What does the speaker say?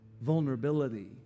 Vulnerability